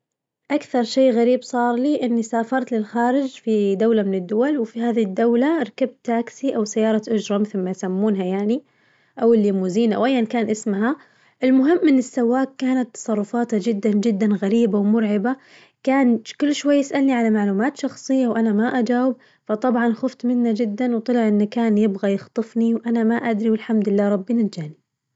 أكثر شي غريب صار لي إني سافرت للخارج في دولة من الدول وفي هذي الدولة ركبت تاكسي أو سيارة أجرة مثل ما يسمونها يعني، أو اللوموزين أو أياً كان اسمها المهم إن السواق كانت تصرفاته جداً جداً غريبة ومرعبة، كان كل شوي يسألني على معلومات شخصية وأنا ما أجاوب فطبعاً خوفت منه جداً وطلع إن كان يبغى يخطفني وأنا ما أدري والحمد لله ربي نجاني.